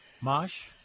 Mosh